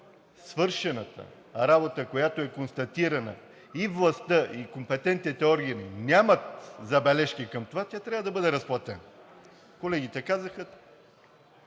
свършената работа, която е констатирана, и властта, и компетентните органи нямат забележки към това, тя трябва да бъде разплатена. Колегите казаха: